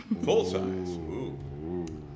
Full-size